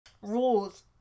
rules